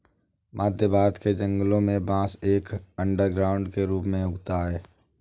मध्य भारत के जंगलों में बांस एक अंडरग्राउंड के रूप में उगता है